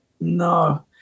no